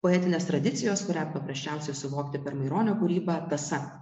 poetinės tradicijos kurią paprasčiausia suvokti per maironio kūrybą tąsa